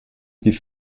die